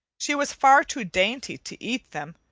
she was far too dainty to eat them,